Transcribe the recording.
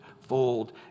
fold